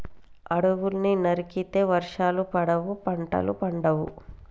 అడవుల్ని నరికితే వర్షాలు పడవు, పంటలు పండవు